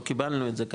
לא קיבלנו את זה,